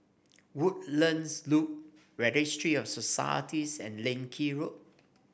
Woodlands Loop Registry of Societies and Leng Kee Road